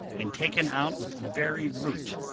and taken out with the very root,